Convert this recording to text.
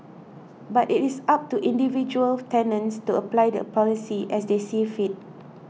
but it is up to individual tenants to apply the policy as they see fit